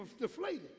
deflated